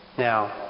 Now